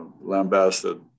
lambasted